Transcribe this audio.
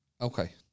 Okay